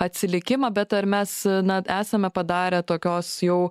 atsilikimą bet ar mes na esame padarę tokios jau